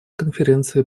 конференции